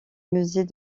musée